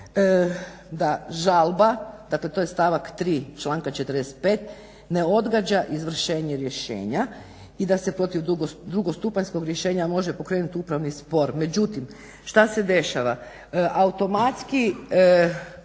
da žalba, dakle to je stavka 3. Čanka 45. ne odgađa izvršenje rješenja i da se protiv drugostupanjskog rješenja može pokrenuti upravni spor. Međutim šta se dešava? Automatski